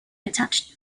attached